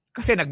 Kasi